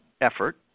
effort